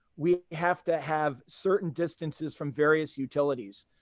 we have to have certain distances from various utilities.